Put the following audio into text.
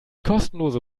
kostenlose